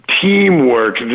teamwork